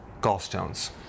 gallstones